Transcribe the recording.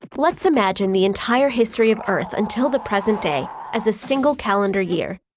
but let's imagine the entire history of earth until the present day as a single calendar year.